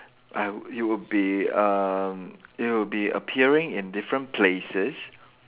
I you would be um you would be appearing in different places